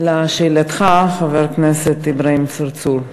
לשאלתך, חבר הכנסת אברהים צרצור,